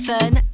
Fun